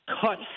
Cut